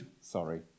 Sorry